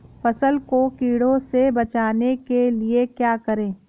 फसल को कीड़ों से बचाने के लिए क्या करें?